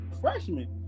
freshman